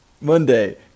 Monday